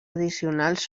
addicionals